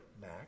Mac